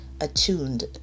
attuned